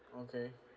okay